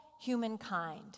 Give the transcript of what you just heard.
humankind